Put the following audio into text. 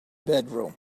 bedroom